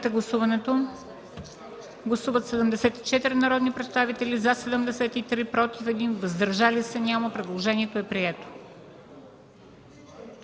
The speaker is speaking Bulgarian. Гласували 74 народни представители: за 73, против 1, въздържали се няма. Предложението е прието.